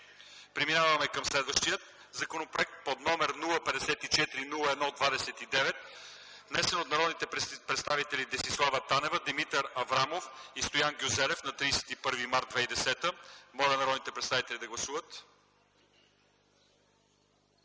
прието. Следващият законопроект -№ 054-01-29, внесен от народните представители Десислава Танева, Димитър Аврамов и Стоян Гюзелев на 31 март 2010 г. Моля народните представители да гласуват.